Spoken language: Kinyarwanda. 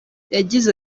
yagize